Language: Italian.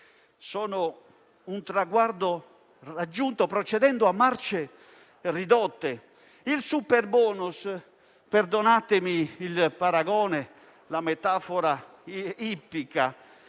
sono un traguardo raggiunto procedendo a marce ridotte. Il superbonus (perdonatemi il paragone e la metafora ippica)